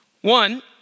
One